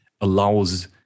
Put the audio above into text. allows